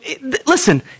listen